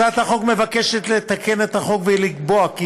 הצעת החוק מבקשת לתקן את החוק ולקבוע כי